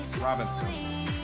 robinson